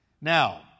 Now